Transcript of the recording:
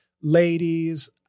ladies